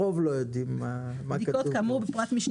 הרוב לא יודעים מה כתוב כאן.